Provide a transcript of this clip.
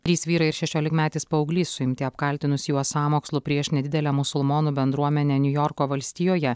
trys vyrai ir šešiolikmetis paauglys suimti apkaltinus juos sąmokslu prieš nedidelę musulmonų bendruomenę niujorko valstijoje